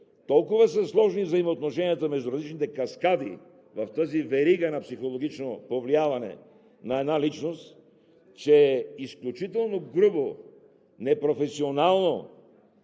толкова са сложни взаимоотношенията между различните каскади в тази верига на психологично повлияване на една личност, че е изключително грубо, непрофесионално,